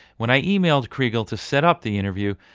when i emailed kriegel to set up the interview,